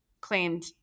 claimed